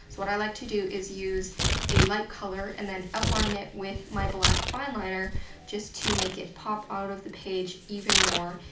what i like to do is use a light color, and then outline it with my black fineliner, just to make it pop out of the page even more.